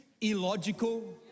illogical